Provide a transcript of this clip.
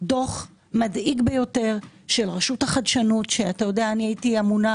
דוח מדאיג ביותר של רשות החדשנות שאני הייתי אמונה